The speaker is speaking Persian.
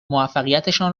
موفقیتشان